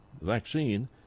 vaccine